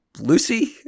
Lucy